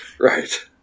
Right